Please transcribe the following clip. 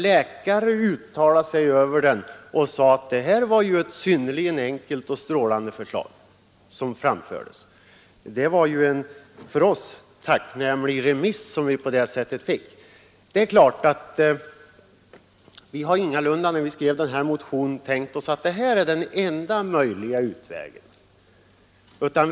Läkare uttalade sig om den och sade att den innehöll ett enkelt och strålande förslag. Det var en för oss tacknämlig remiss. När vi skrev motionen tänkte vi oss ingalunda att detta skulle vara den enda möjliga utvägen.